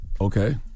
Okay